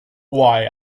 why